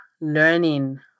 learning